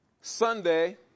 Sunday